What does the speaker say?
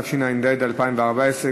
התשע"ד 2014,